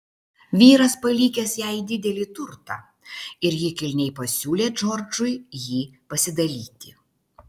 vyras palikęs jai didelį turtą ir ji kilniai pasiūlė džordžui jį pasidalyti